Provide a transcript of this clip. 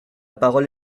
parole